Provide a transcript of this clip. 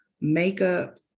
makeup